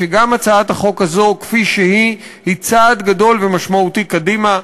שגם הצעת החוק הזו כפי שהיא היא צעד גדול ומשמעותי קדימה.